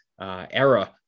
era